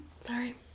sorry